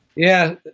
yeah.